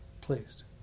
pleased